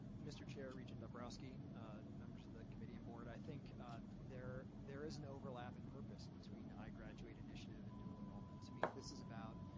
mr. chair, regent dombrouski members of the committee and board. i think there there is an overlap in purpose between the igraduate initiative and dual enrollment. to me, this is about